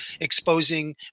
exposing